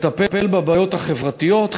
לטפל בבעיות החברתיות,